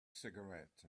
cigarette